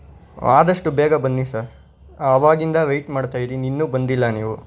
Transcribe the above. ಆದಷ್ಟು ಬೇಗ ಬನ್ನಿ ಸರ್ ಆವಾಗಿಂದ ವೆಯ್ಟ್ ಮಾಡ್ತಾಯಿದ್ದೀನಿ ಇನ್ನೂ ಬಂದಿಲ್ಲ ನೀವು